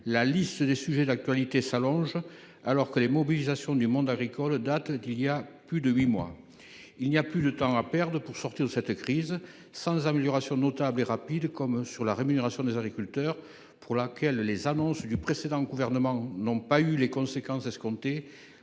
la liste des sujets d’actualité s’allonge, tandis que les mobilisations du monde agricole datent d’il y a plus de huit mois. Il n’y a plus de temps à perdre pour sortir de cette crise. Sans amélioration notable et rapide, notamment en ce qui concerne la rémunération des agriculteurs, au sujet de laquelle les annonces du précédent gouvernement n’ont pas eu les effets escomptés,